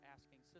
Asking